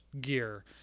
gear